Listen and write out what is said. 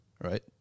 Right